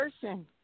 person